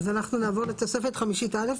אז אנחנו נעבור לתוספת חמישית א'.